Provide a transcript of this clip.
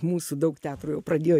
mūsų daug teatrų jau pradėjo